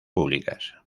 públicas